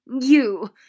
You